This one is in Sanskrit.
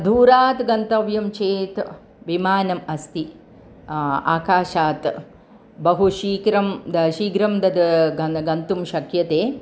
दूरात् गन्तव्यं चेत् विमानम् अस्ति आकाशात् बहु शीघ्रं द शीघ्रं दद् घन् गन्तुं शक्यते